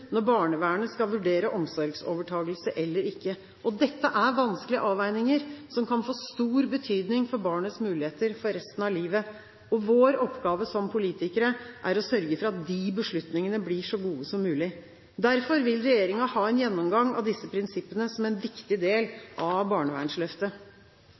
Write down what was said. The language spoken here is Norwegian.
når barnevernet skal vurdere omsorgsovertakelse eller ikke. Dette er vanskelige avveininger, som kan få stor betydning for barnets muligheter for resten av livet. Vår oppgave som politikere er å sørge for at de beslutningene blir så gode som mulig. Derfor vil regjeringen ha en gjennomgang av disse prinsippene som en viktig